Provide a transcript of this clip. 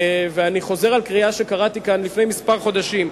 ואני חוזר על קריאה שקראתי כאן לפני כמה חודשים,